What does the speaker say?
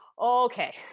Okay